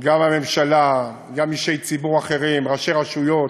גם הממשלה, גם אישי ציבור אחרים, ראשי רשויות,